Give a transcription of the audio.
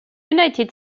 united